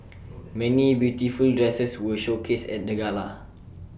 many beautiful dresses were showcased at the gala